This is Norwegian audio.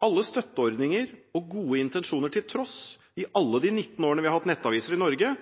Alle støtteordninger og gode intensjoner til tross: Etter alle de 19 årene vi har hatt nettaviser i Norge,